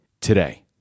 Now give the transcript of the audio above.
today